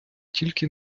тільки